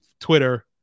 Twitter